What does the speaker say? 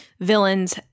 villains